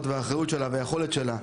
כלפיה ואל מול האחריות שלה והיכולת שלה,